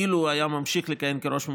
אילו היה ממשיך לכהן כראש ממשלה,